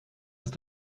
ist